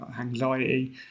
anxiety